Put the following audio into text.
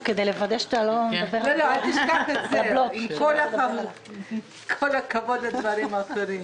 אל תשכח את זה, עם כל הכבוד לדברים אחרים.